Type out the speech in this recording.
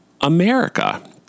America